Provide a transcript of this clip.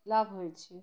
লাভ হয়েছে